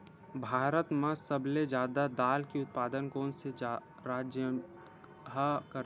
भारत मा सबले जादा दाल के उत्पादन कोन से राज्य हा करथे?